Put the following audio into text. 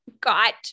got